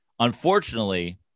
Unfortunately